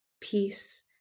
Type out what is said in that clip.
peace